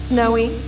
Snowy